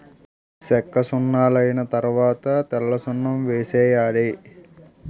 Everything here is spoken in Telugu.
సెక్కసున్నలైన తరవాత తెల్లసున్నం వేసేయాలి